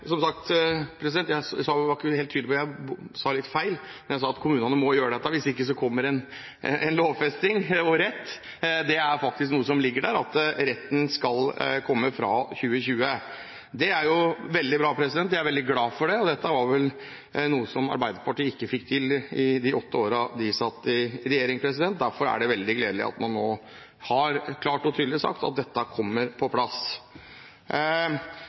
jeg sa om at kommunene må gjøre dette, hvis ikke så kommer en lovfesting og en rett, var det litt feil. Det er faktisk noe som ligger der at retten skal komme fra 2020. Det er veldig bra, og jeg er veldig glad for det. Dette var noe som Arbeiderpartiet ikke fikk til i de åtte årene de satt i regjering. Derfor er det veldig gledelig at man nå klart og tydelig har sagt at dette kommer på plass.